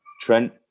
Trent